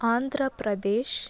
Andhra Pradesh